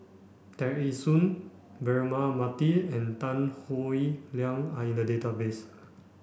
Tear Ee Soon Braema Mathi and Tan Howe Liang are in the database